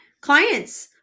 clients